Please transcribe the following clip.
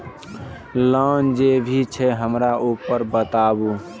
Loan जे भी छे हमरा ऊपर बताबू?